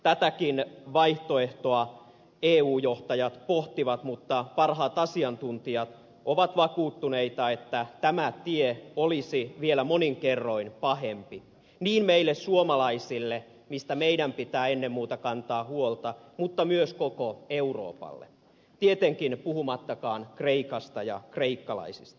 tätäkin vaihtoehtoa eu johtajat pohtivat mutta parhaat asiantuntijat ovat vakuuttuneita että tämä tie olisi vielä monin kerroin pahempi meille suomalaisille joista meidän pitää ennen muuta kantaa huolta mutta myös koko euroopalle tietenkin puhumattakaan kreikasta ja kreikkalaisista